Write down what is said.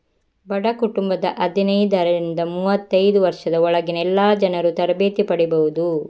ಬಡ ಕುಟುಂಬದ ಹದಿನೈದರಿಂದ ಮೂವತ್ತೈದು ವರ್ಷದ ಒಳಗಿನ ಎಲ್ಲಾ ಜನರೂ ತರಬೇತಿ ಪಡೀಬಹುದು